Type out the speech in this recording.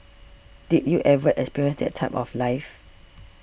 did you ever experience that type of life